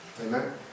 Amen